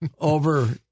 over